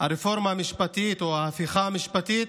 הרפורמה המשפטית או ההפיכה המשפטית,